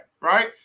right